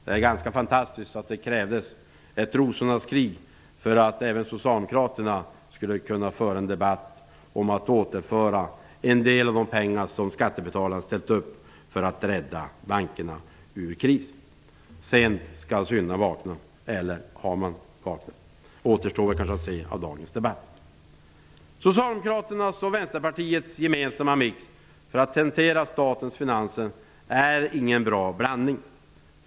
Det är ganska fantastiskt att det krävdes ett rosornas krig för att även Socialdemokraterna skulle kunna föra en debatt om att återföra en del av de pengar som skattebetalarna ställt upp med för att rädda bankerna ur krisen. Sent skall syndaren vakna. Eller har man inte vaknat? Det återstår att se i dagens debatt. Socialdemokraternas och Vänsterpartiets gemensamma mix för att hantera statens finanser är ingen bra blandning.